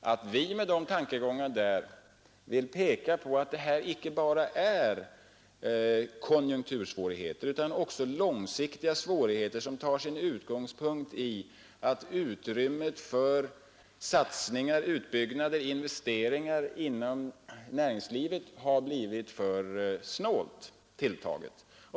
att vi med de tankegångarna ville peka på att det icke bara är fråga om konjunktursvårigheter utan också om långsiktiga svårigheter som har sin utgångspunkt i att utrymmet för satsningar, utbyggnader och investeringar inom näringslivet är för snålt tilltaget.